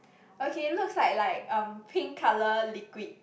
okay looks like like um pink colour liquid